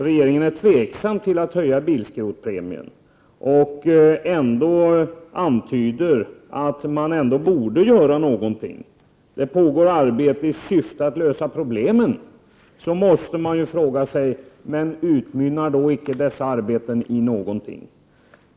Regeringen är tveksam till att höja bilskrotningspremien, men antyder ändå att någonting borde göras, och det pågår arbete i syfte att lösa problemen. Man måste då fråga sig: Utmynnar då icke dessa arbeten i någonting?